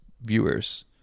viewers